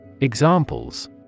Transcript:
Examples